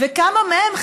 וכמה מהם,